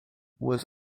was